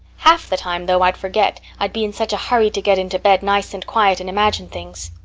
half the time, though, i'd forget, i'd be in such a hurry to get into bed nice and quiet and imagine things.